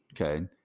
Okay